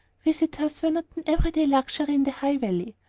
visitors were not an every-day luxury in the high valley,